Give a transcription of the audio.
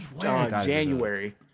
January